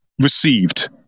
received